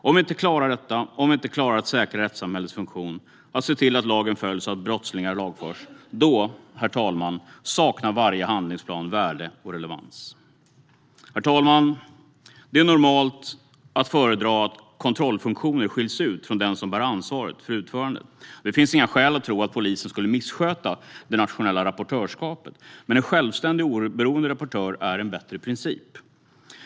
Om vi inte klarar detta och om vi inte klarar att säkra rättssamhällets funktion - att se till att lagen följs och att brottslingar lagförs - saknar varje handlingsplan värde och relevans, herr talman. Herr talman! Det är normalt att föredra att kontrollfunktioner skiljs från den som bär ansvaret för utförande. Det finns inga skäl att tro att polisen skulle missköta det nationella rapportörskapet, men en självständig och oberoende rapportör är en bättre princip.